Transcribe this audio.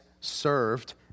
served